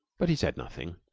but he said nothing.